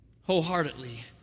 wholeheartedly